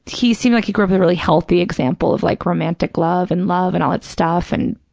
he seemed like he grew up with a really healthy example of like romantic love and love and all that stuff and,